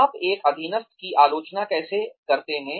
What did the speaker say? आप एक अधीनस्थ की आलोचना कैसे करते हैं